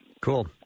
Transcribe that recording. Cool